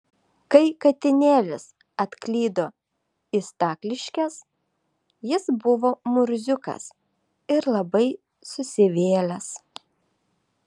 kai katinėlis atklydo į stakliškes jis buvo murziukas ir labai susivėlęs